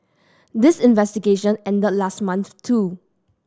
this investigation ended last month too